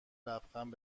لبخند